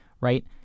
right